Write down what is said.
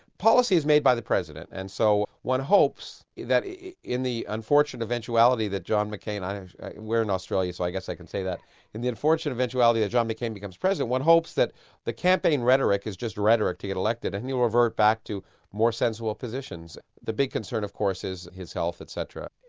policy is made by the president, and so one hopes that in the unfortunate eventuality that john mccain. we're in australia so i guess i can say that in the unfortunate eventuality that john mccain becomes president, one hopes that the campaign rhetoric is just rhetoric to get elected and he'll revert back to more sensible positions. the big concern of course is his health et cetera.